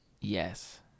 Yes